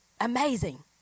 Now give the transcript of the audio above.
Amazing